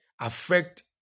affect